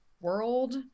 world